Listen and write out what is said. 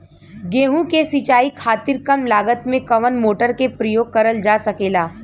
गेहूँ के सिचाई खातीर कम लागत मे कवन मोटर के प्रयोग करल जा सकेला?